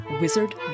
wizard